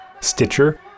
stitcher